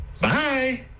Bye